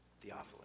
Theophilus